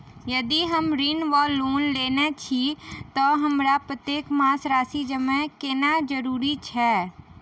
यदि हम ऋण वा लोन लेने छी तऽ हमरा प्रत्येक मास राशि जमा केनैय जरूरी छै?